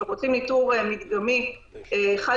אנחנו רוצים ניטור מדגמי חד-פעמי.